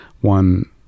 one